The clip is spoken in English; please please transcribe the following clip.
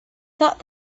thought